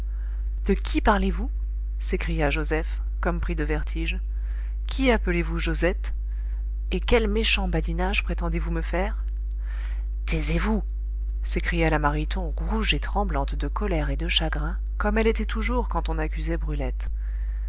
de qui parlez-vous s'écria joseph comme pris de vertige qui appelez-vous josette et quel méchant badinage prétendez-vous me faire taisez-vous s'écria la mariton rouge et tremblante de colère et de chagrin comme elle était toujours quand on accusait brulette